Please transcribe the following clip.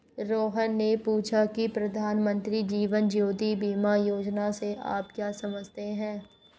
रोहन ने पूछा की प्रधानमंत्री जीवन ज्योति बीमा योजना से आप क्या समझते हैं?